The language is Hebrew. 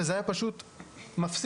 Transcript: וזה היה פשוט מפסיק.